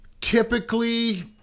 typically